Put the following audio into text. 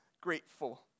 grateful